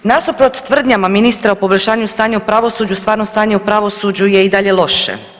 Nasuprot tvrdnjama ministra o poboljšanju stanja u pravosuđu, stvarno stanje u pravosuđe je i dalje loše.